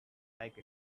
like